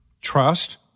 trust